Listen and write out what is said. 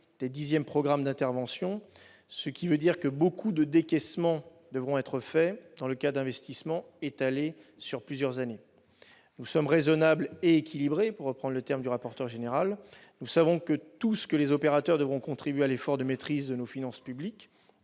des dixièmes programmes d'intervention, ce qui veut dire que beaucoup de décaissements devront être réalisés dans le cadre d'investissements étalés sur plusieurs années ! Nous sommes raisonnables et équilibrés, pour reprendre le terme employé par le rapporteur général. Nous savons que tous les opérateurs doivent contribuer à l'effort de maîtrise de nos finances publiques.